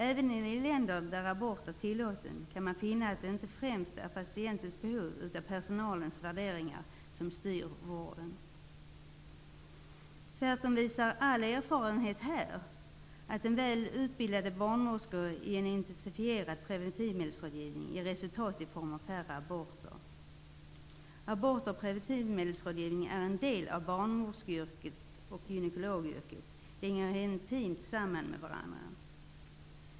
Även i länder där abort är tillåten kan man finna att det inte främst är patientens behov utan personalens värderingar som styr vården. Tvärtom visar all erfarenhet här att väl utbildade barnmorskor i en intensifierad preventivmedelsrådgivning ger resultat i form av färre aborter. Aborter och preventivmedelsrådgivning är en del av barnmorskeyrket och gynekologyrket. De hänger intimt samman med varandra.